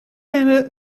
naar